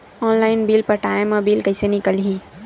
Online bill पटाय मा bill कइसे निकलही?